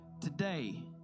today